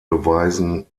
beweisen